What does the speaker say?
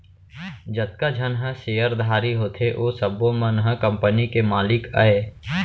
जतका झन ह सेयरधारी होथे ओ सब्बो मन ह कंपनी के मालिक अय